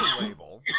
label